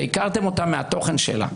ועיקרתם אותה מהתוכן שלה.